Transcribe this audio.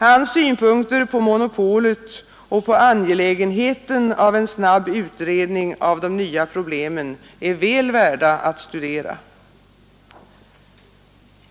Hans synpunkter på monopolet och på angelägenheten av en snabb utredning av de nya problemen är väl värda att studera.